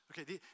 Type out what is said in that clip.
Okay